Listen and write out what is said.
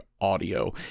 Audio